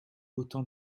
autant